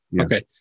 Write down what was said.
Okay